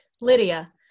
Lydia